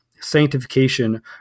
sanctification